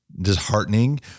disheartening